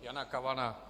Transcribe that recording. Jana Kavana.